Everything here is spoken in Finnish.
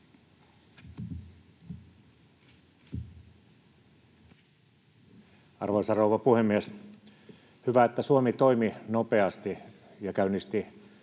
Arvoisa rouva puhemies! Hyvä, että Suomi toimi nopeasti ja käynnisti